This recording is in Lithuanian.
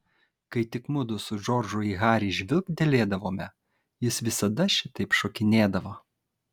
kai tik mudu su džordžu į harį žvilgtelėdavome jis visada šitaip šokinėdavo